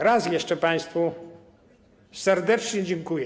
Raz jeszcze państwu serdecznie dziękuję.